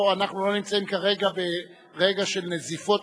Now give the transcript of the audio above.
פה, אנחנו לא נמצאים כרגע ברגע של נזיפות.